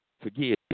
forgive